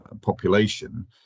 population